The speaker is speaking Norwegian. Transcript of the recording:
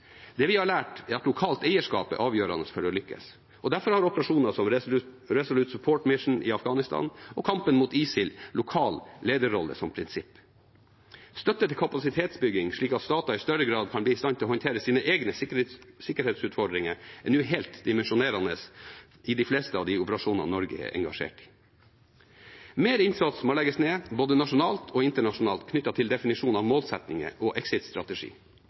Det vi har lært, er at lokalt eierskap er avgjørende for å lykkes, og derfor har operasjoner som Resolute Support Mission i Afghanistan og kampen mot ISIL lokal lederrolle som prinsipp. Støtte til kapasitetsbygging, slik at stater i større grad kan bli i stand til å håndtere sine egne sikkerhetsutfordringer, er nå helt dimensjonerende i de fleste av de operasjonene Norge er engasjert i. Mer innsats må legges ned, både nasjonalt og internasjonalt, knyttet til definisjon av målsettinger og exitstrategi.